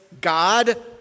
God